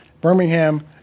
Birmingham